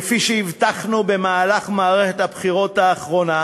כפי שהבטחנו במהלך מערכת הבחירות האחרונה